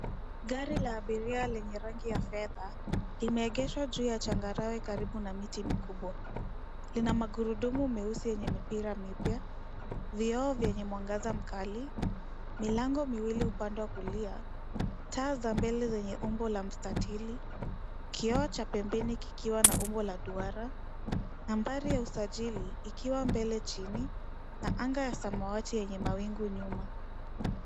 Gari la abiria lenye rangi ya fedha, limeegeshwa juu ya changarawe karibu na miti mikubwa. Lina magurudumu meusi yenye mipira mipya, vioo vyenye mwangaza mkali, milango miwili upande wa kulia, taa za mbele zenye umbo la mstatili. kioo cha pembeni kikiwa na umbo la duara, nambari ya usajili, ikiwa mbele chini, na anga ya samawati yenye mawingu nyuma.